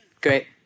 great